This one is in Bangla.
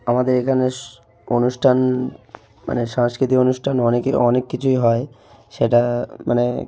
আমাদের এখানে অনুষ্ঠান মানে সাংস্কৃতিক অনুষ্ঠান অনেকই অনেক কিছুই হয় সেটা মানে